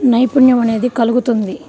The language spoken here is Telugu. నైపుణ్యం అనేది కలుగుతుంది